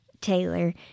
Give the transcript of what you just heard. Taylor